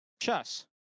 chess